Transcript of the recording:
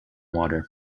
water